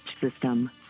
system